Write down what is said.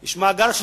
יש מאגר של